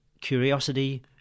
curiosity